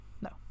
No